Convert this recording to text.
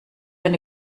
eine